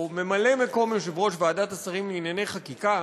או ממלא-מקום יושב-ראש ועדת השרים לענייני חקיקה,